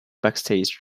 backstage